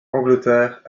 angleterre